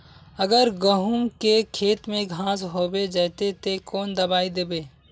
अगर गहुम के खेत में घांस होबे जयते ते कौन दबाई दबे?